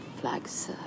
flags